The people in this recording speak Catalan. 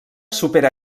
supera